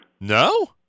No